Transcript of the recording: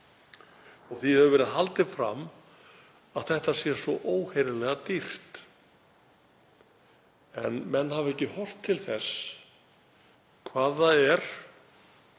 Því hefur verið haldið fram að þetta sé svo óheyrilega dýrt. En menn hafa ekki horft til þess hvað það er